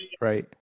right